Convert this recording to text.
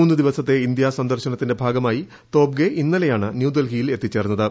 മൂന്ന് ദിവസത്തെ ഇന്ത്യാ സന്ദർശനത്തിന്റെ ഭാഗമായി തോബ്ഗെ ഇന്നലെയാണ് ന്യൂഡൽഹിയിൽ എത്തിച്ചേർന്നത്